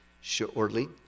shortly